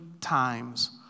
times